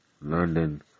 London